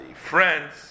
friends